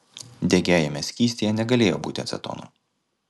degiajame skystyje negalėjo būti acetono